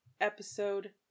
episode